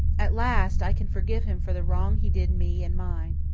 at last i can forgive him for the wrong he did me and mine.